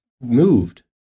moved